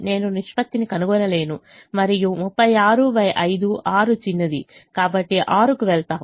నేను నిష్పత్తిని కనుగొనలేను మరియు 365 6 చిన్నది కాబట్టి 6 కు వెళ్తాము